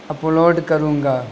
upload کروں گا